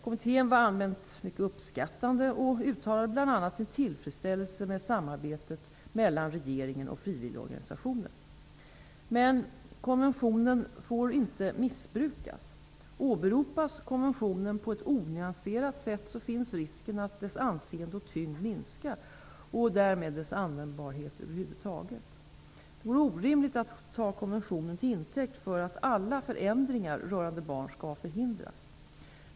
Kommittén var allmänt mycket uppskattande och uttalade bl.a. sin tillfredsställelse med samarbetet mellan regeringen och frivilligorganisationer. Men konventionen får inte missbrukas. Åberopas konventionen på ett onyanserat sätt finns risken att dess anseende och tyngd minskar, och därmed dess användbarhet över huvud taget. Det vore orimligt att ta konventionen till intäkt för att alla förändringar rörande barn skall förhindras.